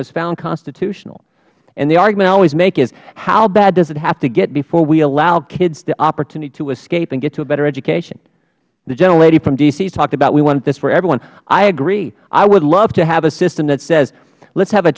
was found constitutional and the argument i always make is how bad does it have to get before we allow kids the opportunity to escape and get to a better education the gentlelady from d c has talked about we want this for everyone i agree i would love to have a system that says let's have a